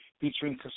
featuring